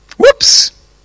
Whoops